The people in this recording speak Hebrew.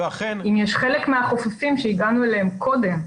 אם יש חלק מהחופפים שהגענו אליהם קודם,